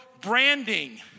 branding